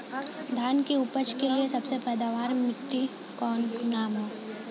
धान की उपज के लिए सबसे पैदावार वाली मिट्टी क का नाम ह?